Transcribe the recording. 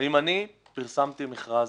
אם אני פרסמתי מכרז,